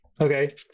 okay